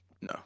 no